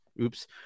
Oops